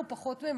לא פחות ממכר.